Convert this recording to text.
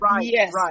Yes